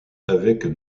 avec